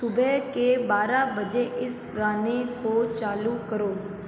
सुबह के बारह बजे इस गाने को चालू करो